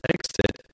exit